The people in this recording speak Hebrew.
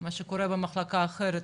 מה שקורה במח' אחרת,